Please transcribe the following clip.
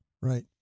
Right